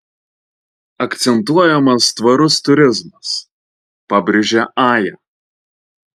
akcentuojamas tvarus turizmas pabrėžia aja